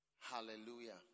Hallelujah